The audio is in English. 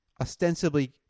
Ostensibly